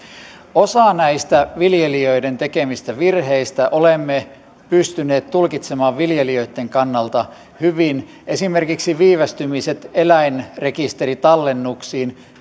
osan näistä viljelijöiden tekemistä virheistä olemme pystyneet tulkitsemaan viljelijöitten kannalta hyvin esimerkiksi viivästymiset eläinrekisteritallennuksiin